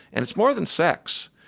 and it's more than sex.